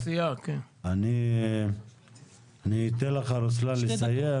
אני אתן לך רוסלאן לסיים.